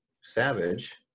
Savage